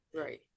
Right